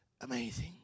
amazing